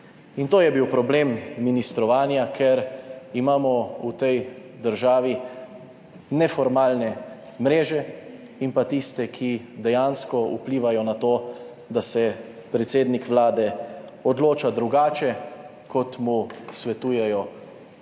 In to je bil problem ministrovanja, ker imamo v tej državi neformalne mreže in pa tiste, ki dejansko vplivajo na to, da se predsednik Vlade odloča drugače kot mu svetujejo